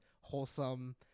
wholesome –